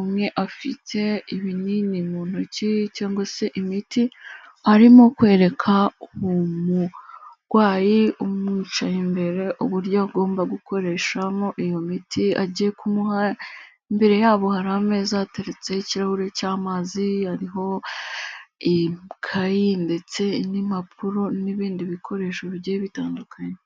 umwe afite ibinini mu ntoki cyangwa se imiti arimo kwereka umurwayi umwicaye imbere uburyo agomba gukoreshamo iyo miti agiye kumuha, imbere yabo hari ameza ateretseho ikirahuri cy'amazi, hariho ikayi ndetse n'impapuro n'ibindi bikoresho bigiye bitandukanye.